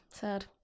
sad